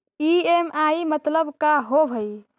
EMI मतलब का होब हइ?